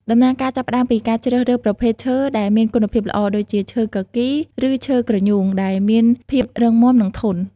ដំណើរការចាប់ផ្ដើមពីការជ្រើសរើសប្រភេទឈើដែលមានគុណភាពល្អ ដូចជាឈើគគីរ ឬឈើគ្រញូង ដែលមានភាពរឹងមាំ និងធន់។